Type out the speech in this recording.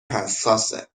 حساسه